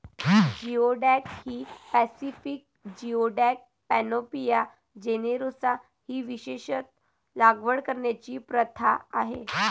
geoduck ही Pacific geoduck, Panopea generosa ही विशेषत लागवड करण्याची प्रथा आहे